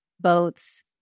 boats